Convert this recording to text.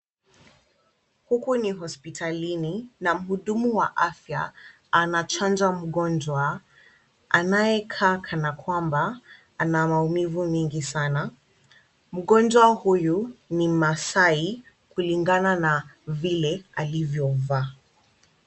Huku ni hospitalini na mhudumu wa afya anachanja mgonjwa anayekaa kana kwamba ana maumivu mingi sana, mgonjwa huyu ni mmaasai kulingana na vile alivyovaa.